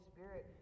Spirit